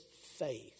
faith